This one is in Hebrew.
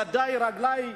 ידי, רגלי,